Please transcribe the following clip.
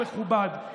מכבד ומכובד.